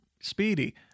Speedy